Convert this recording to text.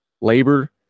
Labor